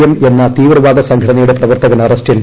M എന്ന തീവ്രവാദ സംഘടനയുടെ പ്രവർത്തികൻ അറസ്റ്റിൽ